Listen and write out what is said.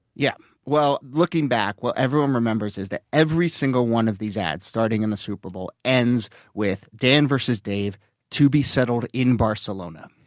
yeah. well looking back, what everyone remembers is that every single one of these ads starting in the super bowl ends with dan versus dave to be settled in barcelona.